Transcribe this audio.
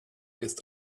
ist